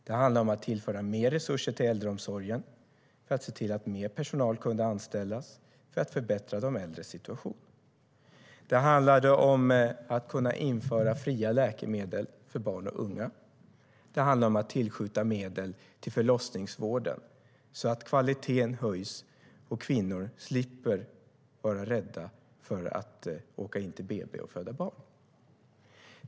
Det handlade om att tillföra mer resurser till äldreomsorgen för att se till att mer personal kunde anställas för att förbättra de äldres situation. Det handlade om att kunna införa fria läkemedel för barn och unga. Det handlade om att tillskjuta medel till förlossningsvården, så att kvaliteten kunde höjas och kvinnor slippa vara rädda för att åka in till BB och föda barn.